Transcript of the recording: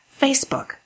Facebook